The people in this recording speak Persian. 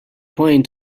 پایین